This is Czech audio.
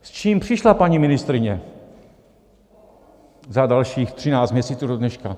S čím přišla paní ministryně za dalších 13 měsíců dodneška?